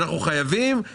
שאנחנו חייבים את זה,